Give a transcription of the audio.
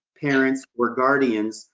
parents or guardians,